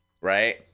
right